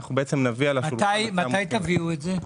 אנחנו בעצם נביא על השולחן --- מתי תביאו את זה?